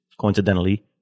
coincidentally